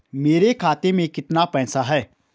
मेरे खाते में कितना पैसा है?